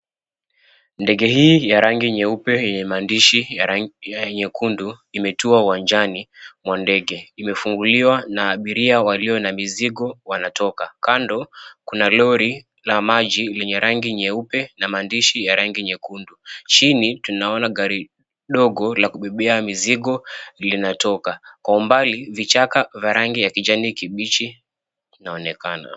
Ndege hii ya rangi nyeupe yenye maandishi ya nyekundu imetua uwanjani mwa ndege. Imefunguliwa na abiria walio na mizigo wanatoka. Kando kuna lori na maji lenye rangi nyeupe na maandishi ya rangi nyekundu. Chini tunaona gari dogo la kubebea mizigo linatoka. Kwa umbali vichaka vya rangi ya kijani kibichi inaonekana.